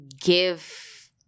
give